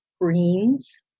greens